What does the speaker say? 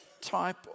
type